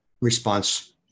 response